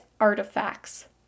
artifacts